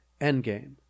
Endgame